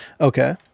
Okay